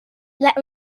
let